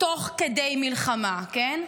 תוך כדי מלחמה, כן?